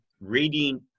reading